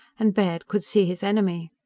and baird could see his enemy.